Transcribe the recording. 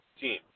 team